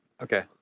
Okay